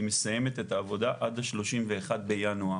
והיא מסיימת את העבודה עד 31 בינואר.